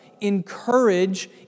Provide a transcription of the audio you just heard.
encourage